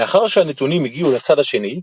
לאחר שהנתונים הגיעו לצד השני,